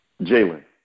Jalen